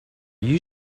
you